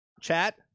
Chat